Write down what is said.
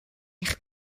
eich